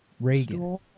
Reagan